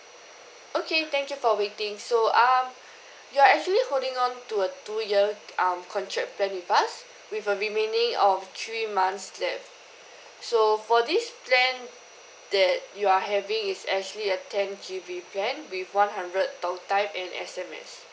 okay thank you for waiting so um you're actually holding on to a two year um contract plan with us with a remaining of three months left so for this plan that you are having is actually a ten G_B plan with one hundred talk time and S_M_S